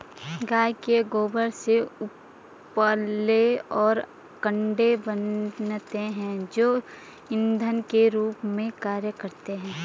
गाय के गोबर से उपले और कंडे बनते हैं जो इंधन के रूप में कार्य करते हैं